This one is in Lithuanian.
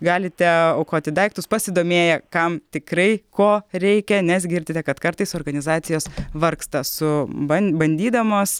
galite aukoti daiktus pasidomėję kam tikrai ko reikia nes girdite kad kartais organizacijos vargsta su ban bandydamos